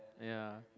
ya